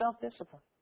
self-discipline